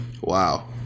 Wow